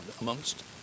amongst